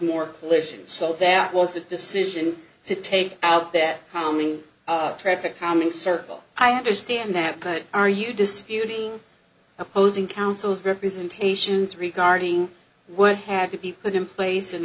more pollution so that was the decision to take out that coming traffic calming circle i understand that but are you disputing opposing counsel's representations regarding what had to be put in place in